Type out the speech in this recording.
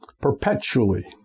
perpetually